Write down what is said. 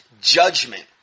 judgment